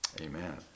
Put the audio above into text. Amen